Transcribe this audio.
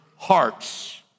hearts